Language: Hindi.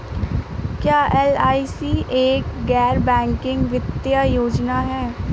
क्या एल.आई.सी एक गैर बैंकिंग वित्तीय योजना है?